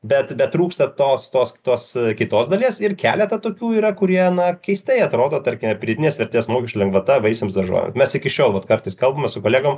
bet betrūksta tos tos tos kitos dalies ir keletą tokių yra kurie na keistai atrodo tarkime pridėtinės vertės mokesčio lengvata vaisiams daržovem mes iki šiol vat kartais kalbame su kolegom